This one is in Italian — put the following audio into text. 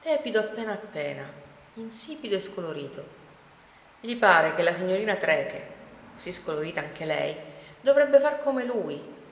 tepido appena appena insipido e scolorito gli pare che la signorina trecke così scolorita anche lei dovrebbe far come lui